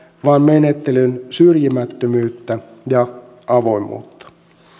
vaan menettelyn syrjimättömyyttä ja avoimuutta